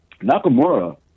Nakamura